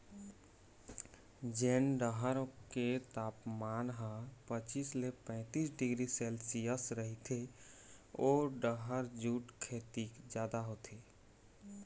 जेन डहर के तापमान ह पचीस ले पैतीस डिग्री सेल्सियस रहिथे ओ डहर जूट खेती जादा होथे